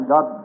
God